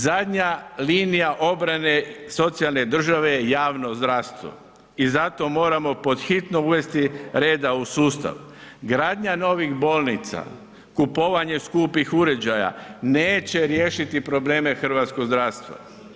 Zadnja linija obrane socijalne države je javno zdravstvo i zato moramo pod hitno uvesti reda u sustav. gradnja novih bolnica, kupovanje skupih uređaja neće riješiti probleme hrvatskog zdravstva.